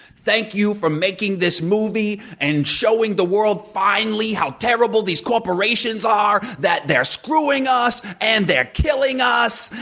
thank you for making this movie and showing the world finally how terrible these corporations are. are. that they're screwing us, and they're killing us.